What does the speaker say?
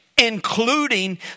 including